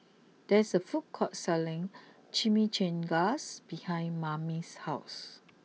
there is a food court selling Chimichangas behind Mame's house